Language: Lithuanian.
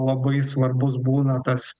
labai svarbus būna tas